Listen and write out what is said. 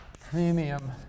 premium